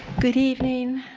good evening,